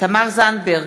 תמר זנדברג,